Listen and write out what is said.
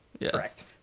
Correct